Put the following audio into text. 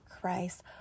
Christ